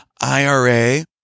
IRA